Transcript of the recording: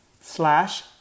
slash